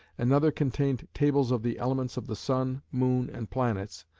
another contained tables of the elements of the sun, moon, and planets,